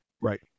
Right